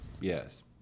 Yes